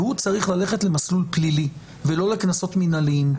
והוא צריך ללכת למסלול פלילי ולא לקנסות מינהליים.